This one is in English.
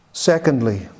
Secondly